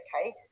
okay